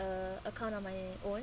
uh account on my own